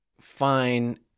fine